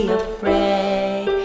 afraid